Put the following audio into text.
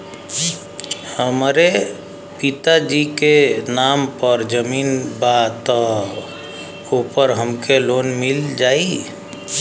हमरे पिता जी के नाम पर जमीन बा त ओपर हमके लोन मिल जाई?